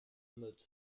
motte